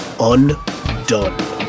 Undone